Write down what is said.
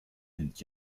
and